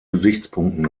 gesichtspunkten